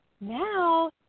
Now